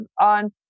on